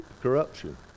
corruption